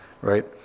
Right